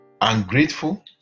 ungrateful